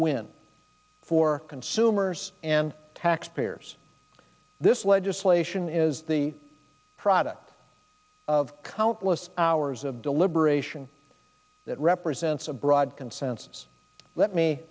win for consumers and taxpayers this legislation is the product of countless hours of deliberation that represents a broad consensus let me